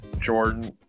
Jordan